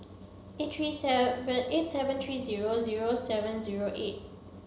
eight three seven eight seven three zero zero seven zero eight